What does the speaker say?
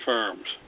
Firms